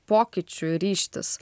pokyčiui ryžtis